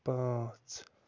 پانٛژھ